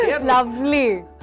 Lovely